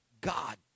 God